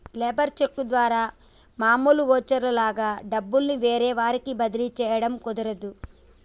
labour cheque ద్వారా మామూలు voucher లాగా డబ్బుల్ని వేరే వారికి బదిలీ చేయడం కుదరదు